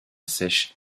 sèche